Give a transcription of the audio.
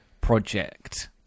project